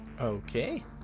Okay